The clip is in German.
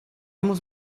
muss